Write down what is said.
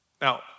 Now